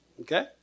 okay